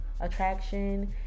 attraction